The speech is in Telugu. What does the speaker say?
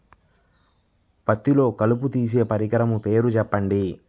పత్తిలో కలుపు తీసే పరికరము పేరు చెప్పండి